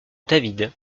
david